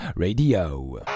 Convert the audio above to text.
Radio